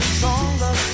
stronger